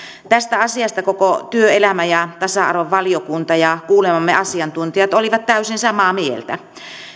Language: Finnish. tästä asiasta koko työelämä ja tasa arvovaliokunta ja kuulemamme asiantuntijat olivat täysin samaa mieltä